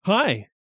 Hi